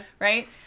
Right